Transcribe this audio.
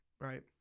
Right